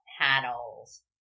panels